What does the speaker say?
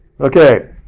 Okay